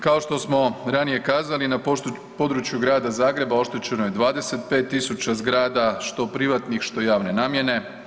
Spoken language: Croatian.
Kao što smo ranije kazali, na području Grada Zagreba oštećeno je 25000 zgrada, što privatnih, što javne namjene.